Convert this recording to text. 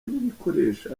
n’ibikoresho